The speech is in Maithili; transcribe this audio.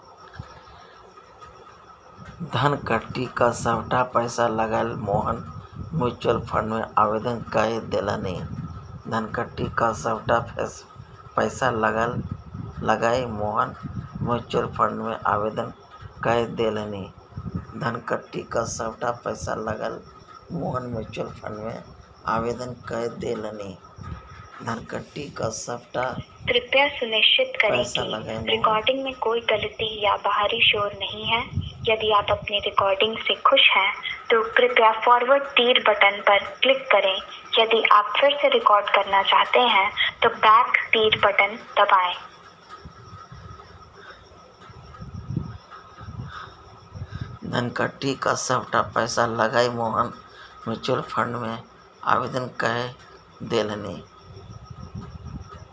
धनकट्टी क सभटा पैसा लकए मोहन म्यूचुअल फंड मे आवेदन कए देलनि